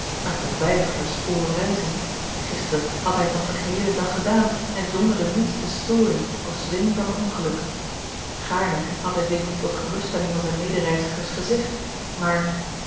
men kon veilig per spoor reizen gisteren had hij het nog den geheelen dag gedaan en zonder de minste storing of zweem van een ongeluk gaarne had hij dit tot geruststelling van zijne medereizigers gezegd maar